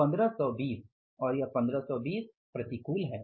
1520 और यह 1520 प्रतिकूल है